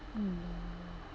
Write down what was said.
mm